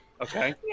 okay